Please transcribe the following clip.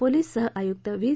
police सहआयुक्त V